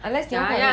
unless you all have